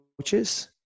coaches